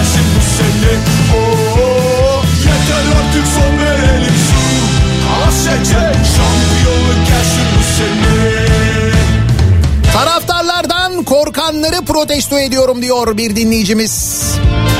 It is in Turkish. Taraftarlardan korkanları protesto ediyorum diyor bir dinleyicimiz.